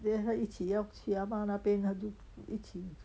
then 他一起要去啊妈那边他就一起